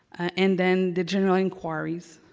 and then the general inquiries.